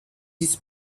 this